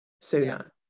sooner